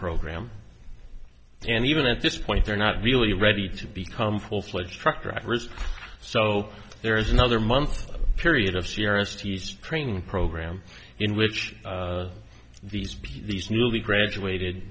program and even at this point they're not really ready to become full fledged truck drivers so there is another month a period of c r s fees training program in which these be newly graduated